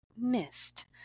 missed